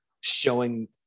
showing